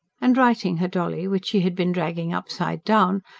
and righting her dolly, which she had been dragging upside down,